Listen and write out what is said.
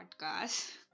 podcast